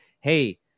hey –